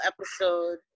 episode